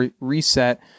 reset